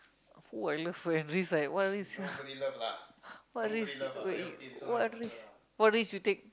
who I love when risk what risk what risk what risk wait what risk what risk you take